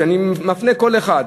אני מפנה כל אחד,